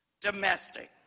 domestic